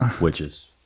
witches